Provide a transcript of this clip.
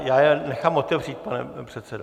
Já je nechám otevřít, pane předsedo.